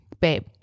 babe